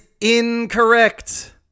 incorrect